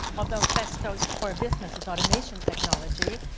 although festo's core business is automation technology,